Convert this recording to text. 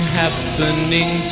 happening